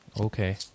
Okay